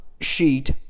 sheet